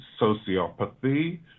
Sociopathy